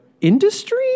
industry